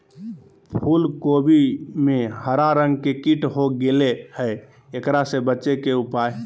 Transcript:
फूल कोबी में हरा रंग के कीट हो गेलै हैं, एकरा से बचे के उपाय?